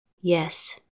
Yes